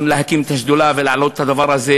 להקים את השדולה ולהעלות את הדבר הזה,